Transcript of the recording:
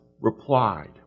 replied